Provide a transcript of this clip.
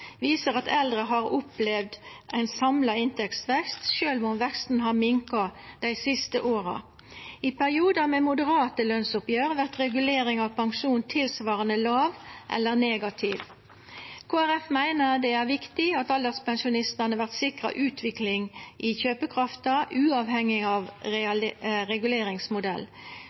viser at eldre har opplevd ein samla inntektsvekst, sjølv om veksten har minka dei siste åra. I periodar med moderate lønsoppgjer vert reguleringa av pensjon tilsvarande låg eller negativ. Kristeleg Folkeparti meiner det er viktig at alderspensjonistane vert sikra ei utvikling i kjøpekrafta, uavhengig av reguleringsmodell.